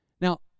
Now